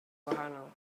gwahanol